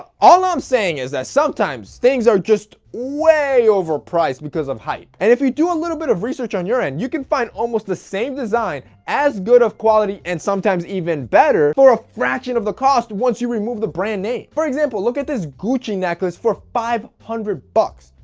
ah all i'm saying is that sometimes things are just way overpriced because of hype. and if you do a little bit of research on your end you can find almost the same design, as good of quality and sometimes even better for a fraction of the cost once you remove the brand name. for example, look at this gucci necklace for five hundred bucks,